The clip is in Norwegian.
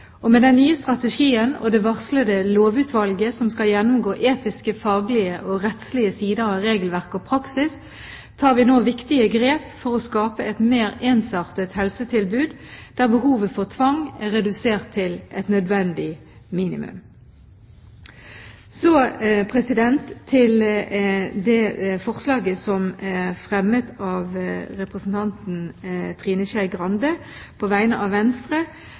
Med den nye strategien og det varslede lovutvalget som skal gjennomgå etiske, faglige og rettslige sider av regelverk og praksis, tar vi nå viktige grep for å skape et mer ensartet helsetilbud der behovet for tvang er redusert til et nødvendig minimum. Så til forslaget som er fremmet av representanten Trine Skei Grande på vegne av Venstre.